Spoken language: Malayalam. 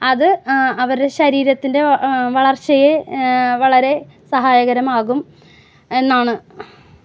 അത് അവര് ശരീരത്തിൻ്റെ വളർച്ചയെ വളരെ സഹായകരമാകും എന്നാണ്